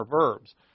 verbs